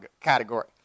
category